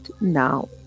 now